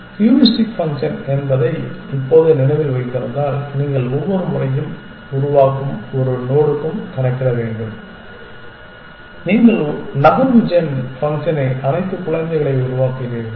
heuristic function என்பதை இப்போது நினைவில் வைத்திருந்தால் நீங்கள் ஒவ்வொரு முறையும் உருவாக்கும் ஒவ்வொரு நோடுக்கும் கணக்கிட வேண்டும் நீங்கள் நகர்வு ஜென் ஃபங்க்ஷனை அழைத்து குழந்தைகளை உருவாக்குகிறீர்கள்